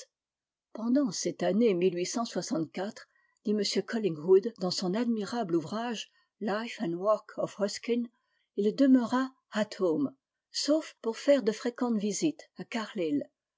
pendant toute cette année dit m collingwood dans son admirable ouvrage life and work of ruskin il demeura at home sauf pour faire de fréquentes visites à